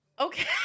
Okay